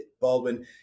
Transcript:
Baldwin